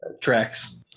tracks